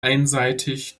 einseitig